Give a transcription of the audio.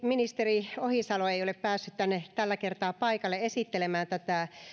ministeri ohisalo ei ole päässyt tänne tällä kertaa paikalle esittelemään tätä